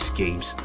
games